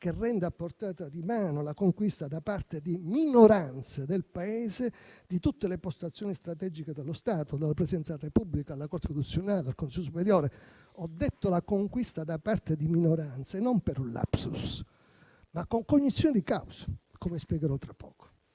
che rende a portata di mano la conquista da parte di minoranze del Paese di tutte le postazioni strategiche dallo Stato, dalla Presidenza della Repubblica alla Corte costituzionale fino al Consiglio superiore della magistratura. Ho detto "la conquista da parte di minoranze" non per un *lapsus*, ma con cognizione di causa, come spiegherò tra poco.